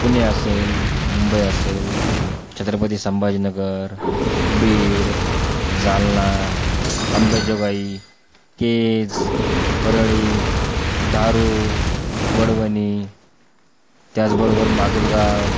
पुणे असेल मुंबई असेल छत्रपती संभाजीनगर बीड जालना अंबेजोगाई केस परळी धारूळ वडवणी त्याचबरोबर माजलगाव